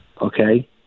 Okay